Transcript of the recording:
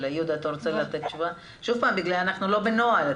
אנחנו לא בנוהל.